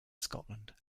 scotland